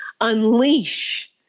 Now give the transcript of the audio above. unleash